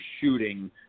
shooting